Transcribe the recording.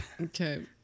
Okay